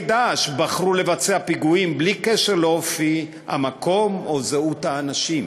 "דאעש" בחרו לבצע פיגועים בלי קשר לאופי המקום או זהות האנשים?